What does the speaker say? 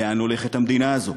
לאן הולכת המדינה הזאת?